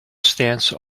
stance